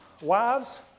Wives